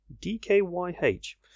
D-K-Y-H